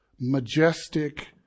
majestic